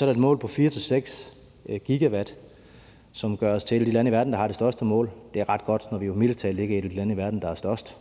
Der er et mål på 4-6 GW, som gør os til et af de lande i verden, der har det største mål. Det er ret godt, når vi jo mildest talt ikke er et af de lande i verden, der er størst.